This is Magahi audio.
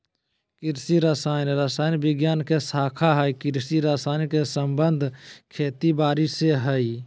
कृषि रसायन रसायन विज्ञान के शाखा हई कृषि रसायन के संबंध खेती बारी से हई